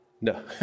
No